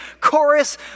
chorus